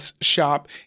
shop